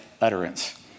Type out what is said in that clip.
utterance